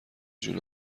جون